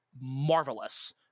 marvelous